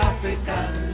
African